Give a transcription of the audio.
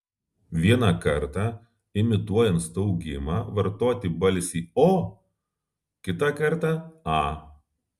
vieną kartą imituojant staugimą vartoti balsį o kitą kartą a